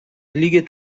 لیگ